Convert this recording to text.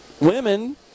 women